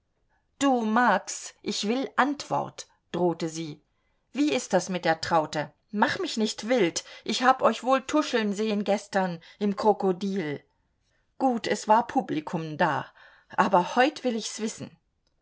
du max ich will antwort drohte sie wie ist das mit der traute mach mich nicht wild ich hab euch wohl tuscheln sehen gestern im krokodil gut es war publikum da aber heut will ich's wissen